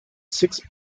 sixth